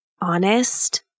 honest